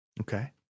Okay